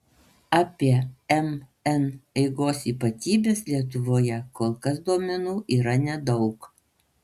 apie mn eigos ypatybes lietuvoje kol kas duomenų yra nedaug